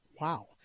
Wow